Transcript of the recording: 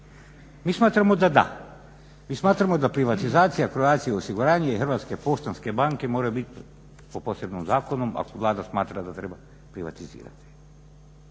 Mi smatramo da da, mi smatramo da privatizacija Croatia osiguranja i Hrvatske poštanske banke mora bit po posebnom zakonu ako Vlada da treba privatizirati.